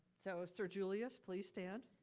so sir julius, please stand.